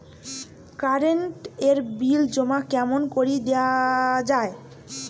Current এর bill জমা কেমন করি দেওয়া যায়?